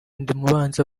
ndimubanzi